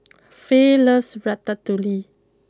Fay loves Ratatouille